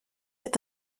est